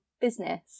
business